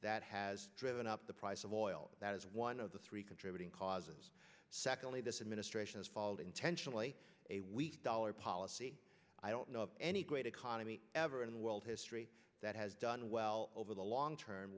that has driven up the price of oil that is one of the three contributing causes secondly this administration's fault intentionally a weak dollar policy i don't know of any great economy ever in world history that has done well over the long term